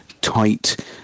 tight